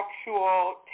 actual